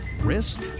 Risk